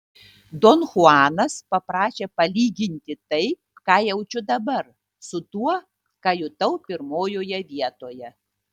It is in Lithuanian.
don chuanas paprašė palyginti tai ką jaučiu dabar su tuo ką jutau pirmojoje vietoje